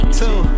two